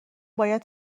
باید